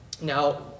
Now